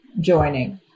joining